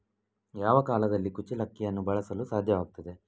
ಯಾವ ಕಾಲದಲ್ಲಿ ಕುಚ್ಚಲಕ್ಕಿಯನ್ನು ಬೆಳೆಸಲು ಸಾಧ್ಯವಾಗ್ತದೆ?